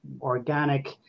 organic